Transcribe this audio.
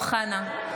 אינו נוכח אמיר אוחנה,